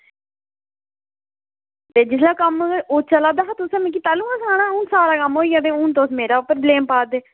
ते जिसलै कम्म ओह् चला दा हा तुसें मिगी तैल्लू गै सनाना हा हून सारा कम्म होई गेआ ते हून तुस मेरे उप्पर बलेम पा दे